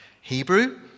Hebrew